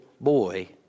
boy